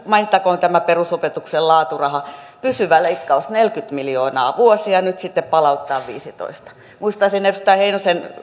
mainittakoon tämä perusopetuksen laaturaha pysyvä leikkaus neljäkymmentä miljoonaa vuosi ja nyt sitten palautetaan viidennentoista muistaisin edustaja heinosen